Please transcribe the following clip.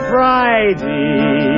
Friday